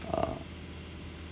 uh